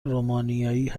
رومانیایی